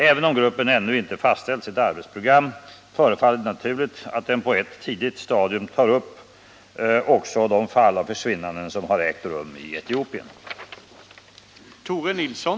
Även om gruppen ännu inte har fastställt sitt arbetsprogram förefaller det naturligt att den på ett tidigt stadium tar upp också de fall av försvinnanden som har ägt rum i Etiopien.